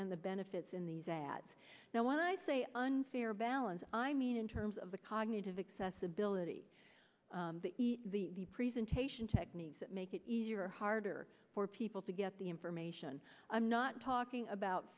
and the benefits in these ads now when i say unfair balance i mean in terms of the cognitive accessibility the presentation techniques that make it easier or harder for people to get the information i'm not talking about